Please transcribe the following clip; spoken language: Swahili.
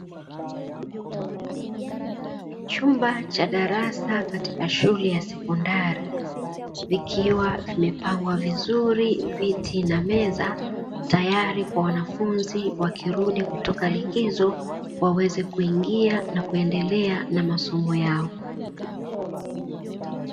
Chumba cha darasa katika shule ya sekondari, vikiwa vimepangwa vizuri viti na meza tayari kwa wanafunzi wakirudi kutoka likizo waweze kuingia na kuendelea na masomo yao.